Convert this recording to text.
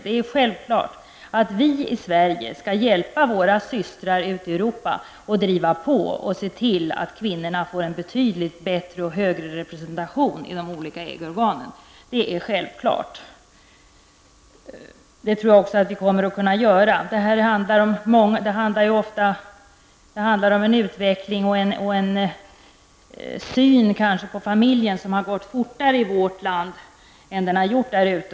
Det är självklart att vi i Sverige skall hjälpa våra systrar ute i Europa och driva på och se till att kvinnorna får en betydligt bättre och högre representation i de olika EG organen. Det är självklart, och jag tror också att vi kommer att kunna göra det. Detta handlar om en utveckling i fråga om synen på familjen som har gått fortare i vårt land än vad den har gjort där ute.